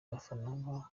abafana